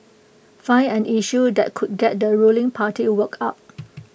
find an issue that could get the ruling party worked up